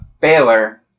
Baylor